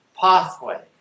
pathway